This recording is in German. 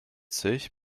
sich